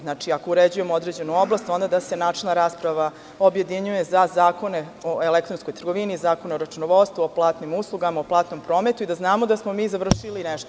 Znači, ako uređujemo određenu oblast, onda da se načelna rasprava objedinjuje za zakone o elektronskoj trgovini, zakon o računovodstvu, o platnim uslugama, o platnom prometu i da znamo da smo mi završili nešto.